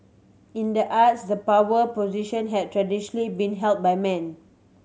in the arts the power position have traditionally been held by men